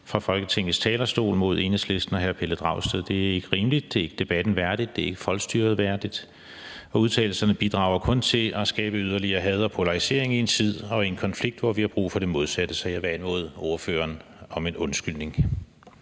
fra Folketingets talerstol mod Enhedslisten og hr. Pelle Dragsted. Det er ikke rimeligt, det er ikke debatten værdig, det er ikke folkestyret værdig, og udtalelserne bidrager kun til at skabe yderligere had og polarisering i en tid og i en konflikt, hvor vi har brug for det modsatte. Så jeg vil anmode ordføreren om at give en undskyldning.